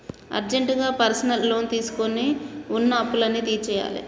అర్జెంటుగా personal loan తీసుకొని వున్న అప్పులన్నీ తీర్చేయ్యాలే